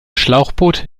schlauchboot